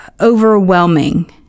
overwhelming